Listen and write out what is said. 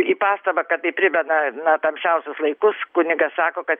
į pastabą kad tai primena na tamsiausius laikus kunigas sako kad